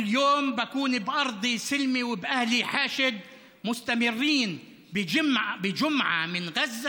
כל יום אני נמצאת בטוחה על אדמתי ומוקפת בבני עמי,